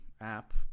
app